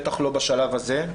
בטח לא בשלב הזה.